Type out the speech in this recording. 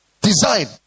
design